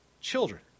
children